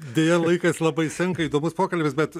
deja laikas labai senka įdomus pokalbis bet